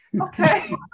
Okay